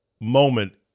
moment